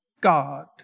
God